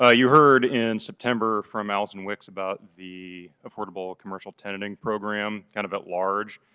ah you heard in september from alison wicks about the afford able commercial tenanting program kind of at large.